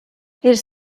ils